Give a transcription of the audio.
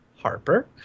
Harper